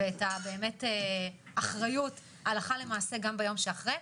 ואת האחריות הלכה למעשה גם ביום שאחרי,